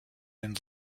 den